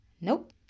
nope